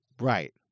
right